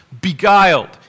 beguiled